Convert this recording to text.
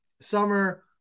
summer